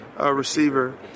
receiver